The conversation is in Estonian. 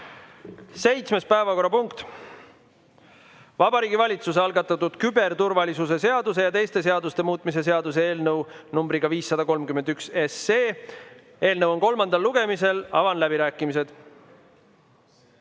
Seitsmes päevakorrapunkt: Vabariigi Valitsuse algatatud küberturvalisuse seaduse ja teiste seaduste muutmise seaduse eelnõu numbriga 531. Eelnõu on kolmandal lugemisel. Avan läbirääkimised.